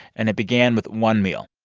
and it began with one meal.